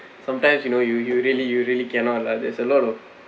sometimes you know you you really you really cannot lah there's a lot of